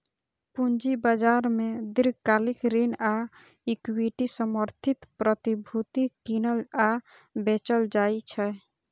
पूंजी बाजार मे दीर्घकालिक ऋण आ इक्विटी समर्थित प्रतिभूति कीनल आ बेचल जाइ छै